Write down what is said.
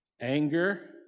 anger